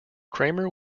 cramer